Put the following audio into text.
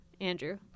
Andrew